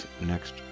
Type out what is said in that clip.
next